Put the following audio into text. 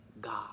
God